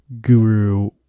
guru